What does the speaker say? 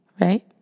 right